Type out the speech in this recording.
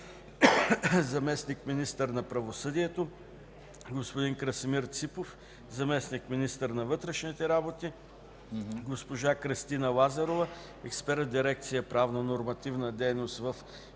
заместник-министър на правосъдието, господин Красимир Ципов – заместник-министър на вътрешните работи, госпожа Кристина Лазарова – експерт в дирекция „Правнонормативна дейност” в